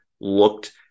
looked